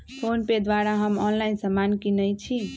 PhonePe द्वारा हम online समान किनइ छी